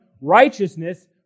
righteousness